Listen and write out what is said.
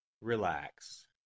Relax